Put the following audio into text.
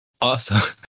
Awesome